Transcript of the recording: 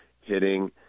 hitting